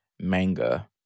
Manga